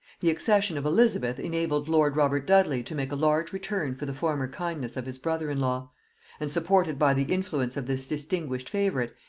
the accession of elizabeth enabled lord robert dudley to make a large return for the former kindness of his brother-in-law and supported by the influence of this distinguished favorite,